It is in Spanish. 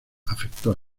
afectó